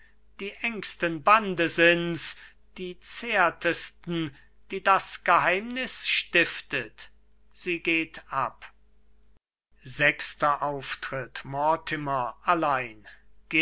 die engsten bande sind's die zärtesten die das geheimnis stiftet sie geht ab mortimer allein